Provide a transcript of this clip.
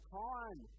time